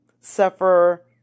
suffer